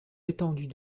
étendues